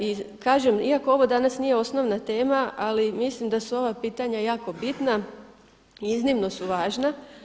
I kažem, iako ovo danas nije osnovna tema, ali mislim da su ova pitanja jako bitna i iznimno su važna.